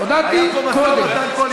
היה פה משא ומתן קואליציוני.